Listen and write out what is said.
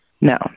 No